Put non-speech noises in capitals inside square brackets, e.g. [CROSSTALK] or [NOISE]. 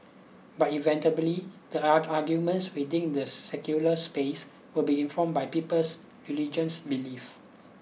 but inevitably the [UNINTELLIGIBLE] arguments within the secular space will be informed by people's religious beliefs